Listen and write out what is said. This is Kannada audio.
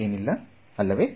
ಎನಿಲ್ಲ ಅಲ್ಲವೇ